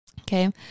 Okay